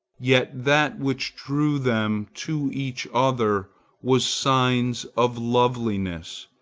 yet that which drew them to each other was signs of loveliness,